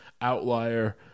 outlier